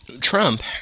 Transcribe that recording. Trump